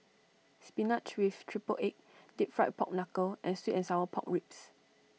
Spinach with Triple Egg Deep Fried Pork Knuckle and Sweet and Sour Pork Ribs